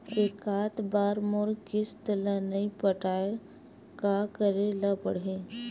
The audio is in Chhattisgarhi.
एकात बार मोर किस्त ला नई पटाय का करे ला पड़ही?